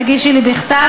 תגישי לי בכתב,